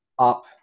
Up